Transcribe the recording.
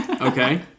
Okay